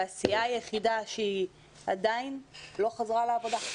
התעשייה היחידה שעדיין לא חזרה לעבודה.